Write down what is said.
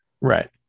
Right